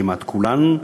כמעט בכולן.